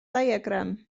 diagram